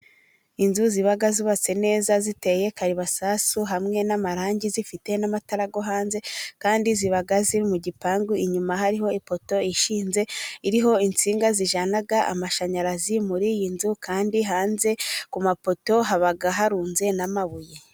Inzu ziba zubatse neza, ziteye kalibasasu, hamwe n'amarangi, zifite n'amatara yo hanze kandi ziba ziri mu gipangu. Inyuma, hariho ipoto ishinze, iriho insinga zijyana amashanyarazi muri iyi nzu, kandi hanze ku mapoto haba harunze n'amabuye.